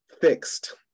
fixed